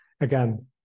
again